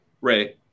Ray